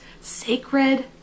sacred